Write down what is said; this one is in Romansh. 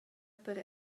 per